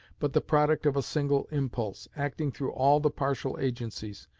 but the product of a single impulse, acting through all the partial agencies,